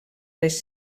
les